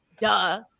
Duh